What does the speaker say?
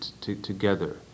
together